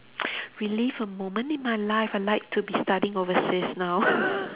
relive a moment in my life I like to be studying overseas now